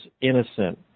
innocent